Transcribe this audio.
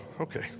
okay